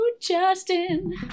Justin